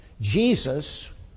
Jesus